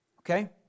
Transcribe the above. Okay